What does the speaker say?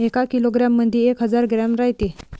एका किलोग्रॅम मंधी एक हजार ग्रॅम रायते